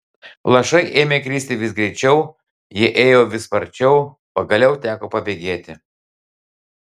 lašai ėmė kristi vis greičiau jie ėjo vis sparčiau pagaliau teko pabėgėti